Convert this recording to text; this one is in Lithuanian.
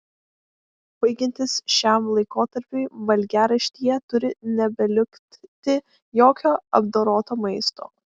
baigiantis šiam laikotarpiui valgiaraštyje turi nebelikti jokio apdoroto maisto